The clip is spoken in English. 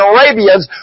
Arabians